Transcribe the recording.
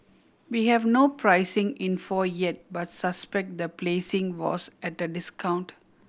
we have no pricing info yet but suspect the placing was at a discount